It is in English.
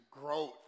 Growth